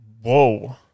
whoa